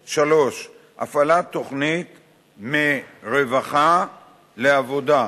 3. הפעלת תוכנית "מרווחה לעבודה",